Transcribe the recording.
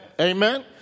Amen